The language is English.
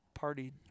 partied